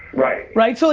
right? right. so